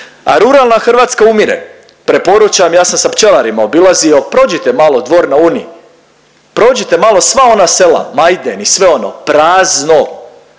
a ruralna Hrvatska umire. Preporučam, ja sam sa pčelarima obilazio. Prođite malo Dvor na Uni, prođite malo sva ona sela Majden i sve ono prazno.